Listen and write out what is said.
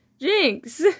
jinx